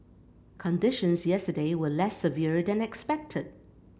conditions yesterday were less severe than expected